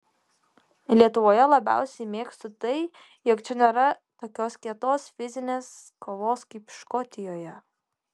lietuvoje labiausiai mėgstu tai jog čia nėra tokios kietos fizinės kovos kaip škotijoje